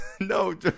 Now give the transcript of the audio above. No